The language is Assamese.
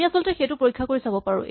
আমি আচলতে সেইটো পৰীক্ষা কৰি চাব পাৰো